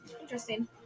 interesting